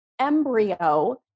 embryo